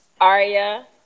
aria